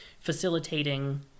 facilitating